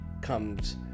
comes